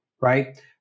right